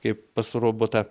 kaip pas robotą